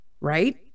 right